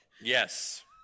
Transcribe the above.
Yes